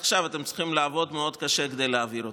עכשיו אתם צריכים לעבוד מאוד קשה כדי להעביר אותו.